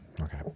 okay